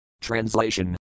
Translation